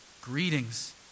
Greetings